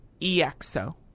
EXO